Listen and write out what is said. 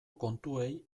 kontuei